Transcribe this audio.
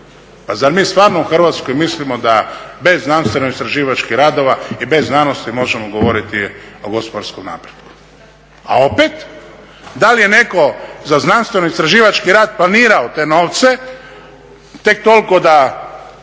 Pa zar mi stvarno u Hrvatskoj mislimo da bez znanstveno-istraživačkih radova i bez znanosti možemo govoriti o gospodarskom napretku? A opet, da li je netko za znanstveno-istraživački rad planirao te novce tek toliko da